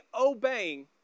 obeying